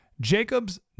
Jacob's